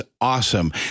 awesome